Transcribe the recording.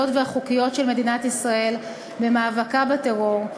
והחוקיות של מדינת ישראל במאבקה בטרור,